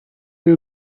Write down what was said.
you